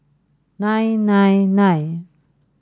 nine nine nine